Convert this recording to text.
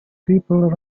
people